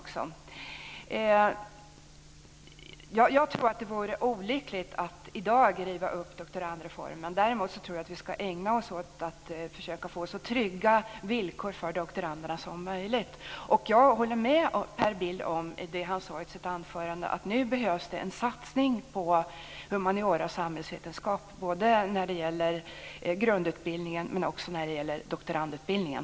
Jag tror att det vore olyckligt att i dag riva upp doktorandreformen. Däremot tror jag att vi ska ägna oss åt att försöka få så trygga villkor för doktoranderna som möjligt. Jag håller med Per Bill om det han sade i sitt anförande, att det nu behövs en satsning på humaniora och samhällsvetenskap. Det gäller både grundutbildningen och doktorandutbildningen.